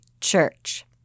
church